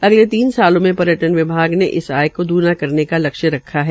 अगले तीन सालों में पर्यटन विभाग ने इस आया को दुना करने का लक्ष्य रखा है